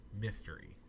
mystery